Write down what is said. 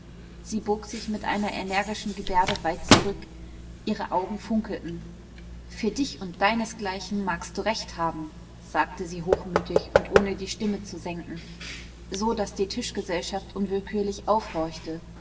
sie bog sich mit einer energischen gebärde weit zurück ihre augen funkelten für dich und deinesgleichen magst du recht haben sagte sie hochmütig und ohne die stimme zu senken so daß die tischgesellschaft unwillkürlich aufhorchte